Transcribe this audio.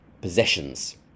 possessions